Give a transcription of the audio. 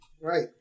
Right